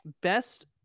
Best